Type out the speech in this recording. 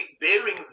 bearing